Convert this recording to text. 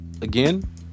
Again